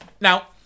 Now